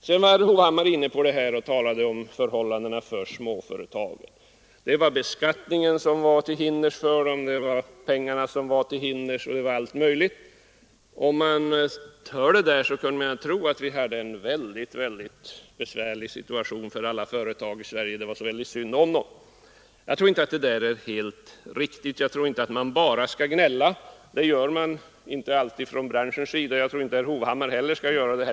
Herr Hovhammar talade om småföretagens förhållanden. Beskattningen var till hinders för dem, pengarna var till hinders osv. När man hörde detta kunde man tro att alla företag i Sverige befann sig i en mycket svår situation och att det var väldigt synd om dem. Detta är nog inte helt riktigt, man skall inte bara gnälla. Det gör inte företagarna, och det bör nog inte herr Hovhammar heller göra.